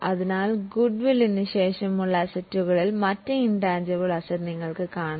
അതിനാൽ ഗുഡ്വില്ലിനു ശേഷമുള്ള അസറ്റുകളിൽ മറ്റ് ഇൻറ്റാൻജിബിൾ അസറ്റുകൾ ഇനം കാണുന്നു